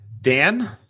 Dan